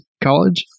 college